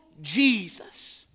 Jesus